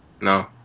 No